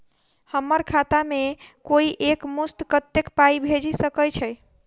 हम्मर खाता मे कोइ एक मुस्त कत्तेक पाई भेजि सकय छई?